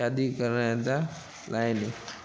शादी कराइनि था लाहिन